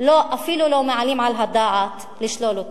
אפילו לא מעלים על הדעת לשלול אותה.